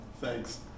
Thanks